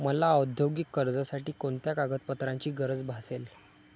मला औद्योगिक कर्जासाठी कोणत्या कागदपत्रांची गरज भासेल?